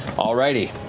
all righty.